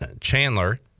Chandler